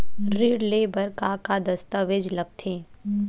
ऋण ले बर का का दस्तावेज लगथे?